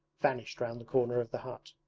vanished round the corner of the hut.